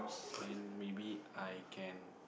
then maybe I can